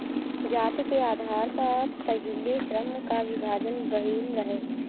जाति के आधार पअ पहिले श्रम कअ विभाजन भइल रहे